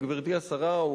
גברתי השרה,